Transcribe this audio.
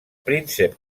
príncep